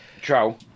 Troll